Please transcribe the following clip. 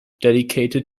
dedicated